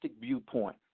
viewpoint